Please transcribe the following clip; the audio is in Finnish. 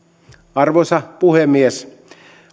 arvoisa puhemies